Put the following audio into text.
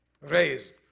Raised